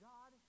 God